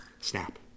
Snap